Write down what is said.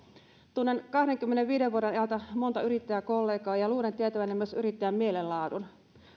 tunnen kahdenkymmenenviiden vuoden ajalta monta yrittäjäkollegaa ja ja luulen tietäväni myös yrittäjän mielenlaadun